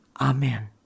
Amen